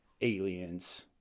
Aliens